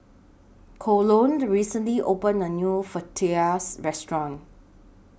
Colon recently opened A New Fajitas Restaurant